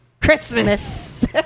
Christmas